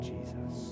Jesus